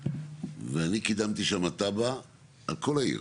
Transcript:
ואני קידמתי שם תב"ע על כל העיר.